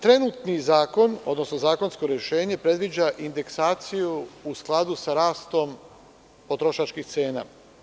Trenutno zakonsko rešenje predviđa indeksaciju u skladu sa rastom potrošačkih cena.